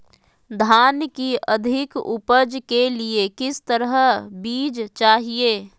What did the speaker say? धान की अधिक उपज के लिए किस तरह बीज चाहिए?